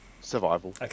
Survival